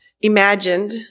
imagined